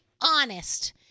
honest